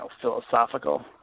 philosophical